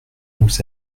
nous